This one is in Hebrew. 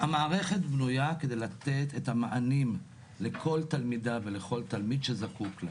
המערכת בנויה כדי לתת את המענים לכל תלמידה ולכל תלמיד שזקוק לה.